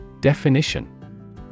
Definition